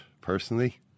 personally